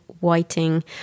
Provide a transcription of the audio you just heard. Whiting